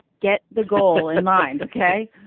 get the goal in mind. ok.